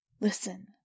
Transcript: Listen